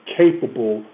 capable